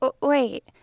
Wait